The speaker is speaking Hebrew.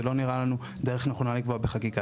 זה לא נראה לנו דרך נכונה לקבוע בחקיקה.